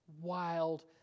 wild